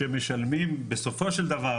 שמשלמים בסופו של דבר,